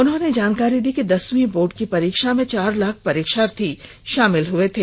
उन्होंने जानकारी दी है कि दसवीं बोर्ड की परीक्षा में चार लाख परीक्षार्थी शामिल हए थे